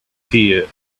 fear